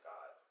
God